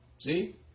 See